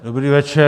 Dobrý večer.